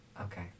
Okay